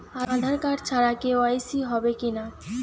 আধার card ছাড়া KYC হবে কিনা?